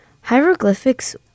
Hieroglyphics